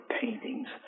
paintings